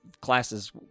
classes